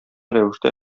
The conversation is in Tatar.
рәвештә